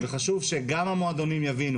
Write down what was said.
וחשוב שגם המועדונים יבינו